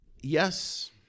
Yes